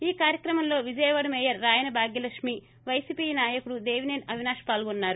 ఈ కార్యక్రమంలో విజయవాడ మేయర్ రాయన భాగ్యలక్ష్మీ పైసీపీ నాయకుడు దేవిసేని అవినాష్ పాల్గొన్నారు